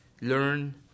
learn